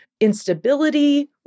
instability